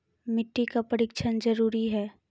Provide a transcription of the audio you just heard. मिट्टी का परिक्षण जरुरी है?